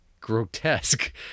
grotesque